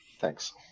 Thanks